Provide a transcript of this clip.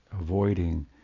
avoiding